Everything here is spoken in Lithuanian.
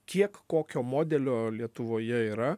kiek kokio modelio lietuvoje yra